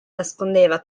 nascondeva